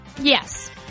Yes